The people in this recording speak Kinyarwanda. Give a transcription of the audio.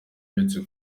uretse